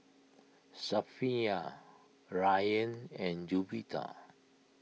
Safiya Ryan and Juwita